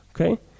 okay